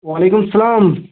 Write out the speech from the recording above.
وعلیکُم اسلام